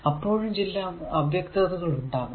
അപ്പോഴും ചില അവ്യക്തത ഉണ്ടാകും